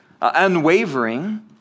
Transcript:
unwavering